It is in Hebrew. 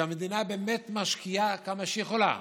כשהמדינה משקיעה כמה שהיא יכולה,